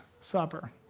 Supper